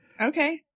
Okay